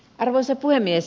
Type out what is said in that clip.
arvoisa puhemies